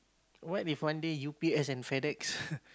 what if one day u_p_s and Fedex